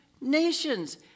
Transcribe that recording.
nations